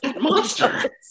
Monster